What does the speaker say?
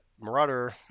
Marauder